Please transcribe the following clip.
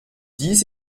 dies